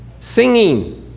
singing